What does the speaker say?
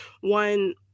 one